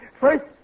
First